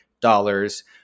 dollars